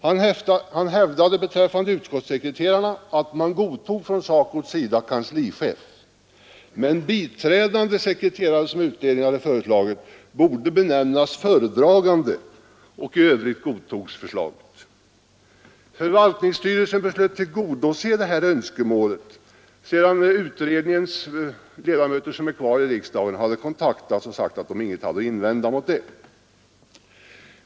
Han hävdade beträffande utskottssekreterarna att SACO godtog ”kanslichef”, men ”biträdande sekreterare”, som utredningen hade föreslagit, borde benämnas ”föredragande”. Förvaltningsstyrelsen beslöt tillgodose det här önskemålet, sedan utredningens ledamöter, som är kvar i riksdagen, hade kontaktats och sagt att de ingenting hade att invända.